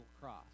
cross